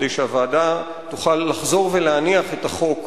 כדי שהוועדה תוכל לחזור ולהניח את החוק